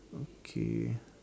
okay